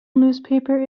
newspaper